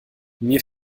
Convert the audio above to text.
mir